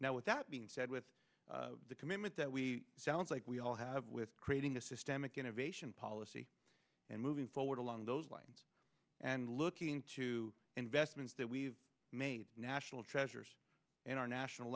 now with that being said with the commitment that we sounds like we all have with creating a systemic innovation policy and moving forward along those lines and looking to investments that we've made national treasures and our national